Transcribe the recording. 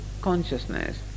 consciousness